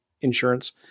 insurance